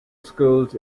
schools